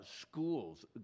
schools